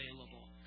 available